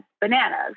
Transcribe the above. bananas